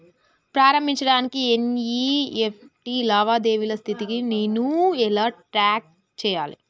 ప్రారంభించబడిన ఎన్.ఇ.ఎఫ్.టి లావాదేవీల స్థితిని నేను ఎలా ట్రాక్ చేయాలి?